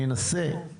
אני אנסה,